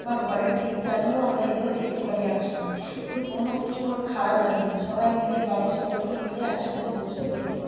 বা ঘরের টিভি চালিয়েও আমরা এগুলো দেখতে পারি একসঙ্গে যে কোনও কিছু ওর খারাপ লাগেনি সবাই মিলে বাড়ির সকলকে মিলে একসঙ্গে বসে দেখতে পারি